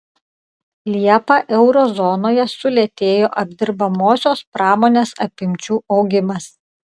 liepą euro zonoje sulėtėjo apdirbamosios pramonės apimčių augimas